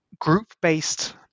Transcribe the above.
group-based